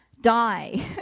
die